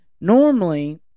normally